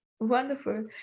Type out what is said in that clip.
Wonderful